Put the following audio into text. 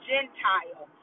Gentile